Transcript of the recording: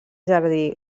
jardí